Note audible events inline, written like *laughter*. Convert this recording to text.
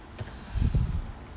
*breath*